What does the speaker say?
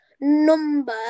number